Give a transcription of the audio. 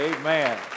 Amen